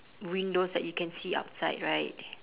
windows that you can see outside right